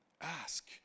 Ask